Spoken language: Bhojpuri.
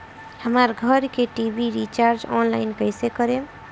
हमार घर के टी.वी रीचार्ज ऑनलाइन कैसे करेम?